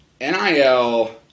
NIL